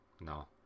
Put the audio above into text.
no